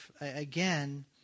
again